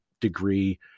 degree